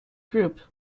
group